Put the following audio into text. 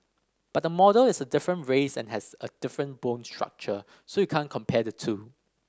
but the model is a different race and has a different bone structure so you can compare the two